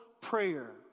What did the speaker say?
prayer